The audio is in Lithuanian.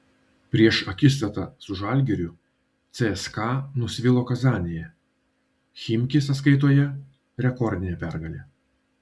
prieš akistatą su žalgiriu cska nusvilo kazanėje chimki sąskaitoje rekordinė pergalė